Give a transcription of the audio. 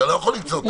אתה לא יכול לצעוק פה.